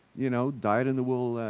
you know, dyed-in-the-wool,